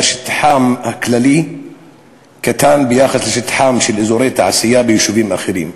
שטחם הכללי קטן ביחס לשטחם של אזורי תעשייה ביישובים אחרים.